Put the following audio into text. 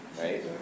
Right